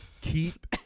keep